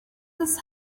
this